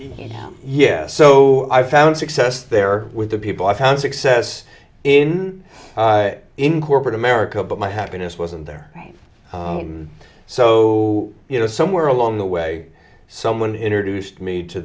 know yes so i found success there with the people i found success in in corporate america but my happiness wasn't there so you know somewhere along the way someone introduced me to